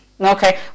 Okay